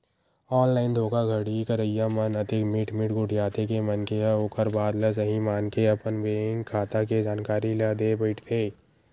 online धोखाघड़ी करइया मन अतेक मीठ मीठ गोठियाथे के मनखे ह ओखर बात ल सहीं मानके अपन अपन बेंक खाता के जानकारी ल देय बइठथे